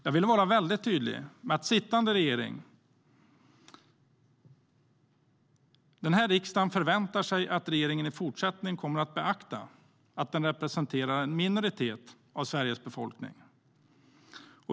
Jag vill vara väldigt tydlig med att riksdagen förväntar sig att regeringen i fortsättningen kommer att beakta att den representerar en minoritet av Sveriges befolkning.